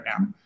now